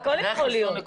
הכול יכול להיות.